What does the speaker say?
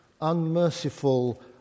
unmerciful